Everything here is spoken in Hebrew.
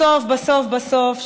בסוף בסוף בסוף,